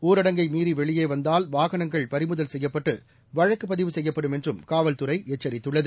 ஊரடங்கை மீறி வெளியே வந்தால் இ வாகனங்கள் பறிமுதல் செய்யப்பட்டுஇ வழக்கு பதிவு செய்யப்படும் என்றும் காவல்துறை எச்சரித்துள்ளது